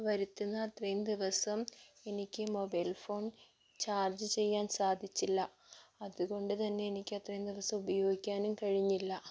വരുത്തുന്ന അത്രേം ദിവസം എനിക്ക് മൊബൈൽ ഫോൺ ചാർജ് ചെയ്യാൻ സാധിച്ചില്ല അതുകൊണ്ടുതന്നെ എനിക്ക് അത്രേം ദിവസം ഉപയോഗിക്കാനും കഴിഞ്ഞില്ലാ